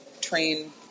train